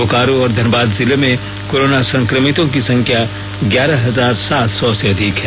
बोकारो और धनबाद जिले में कोरोना संक्रमितों की संख्या ग्यारह हजार सात सौ से अधिक है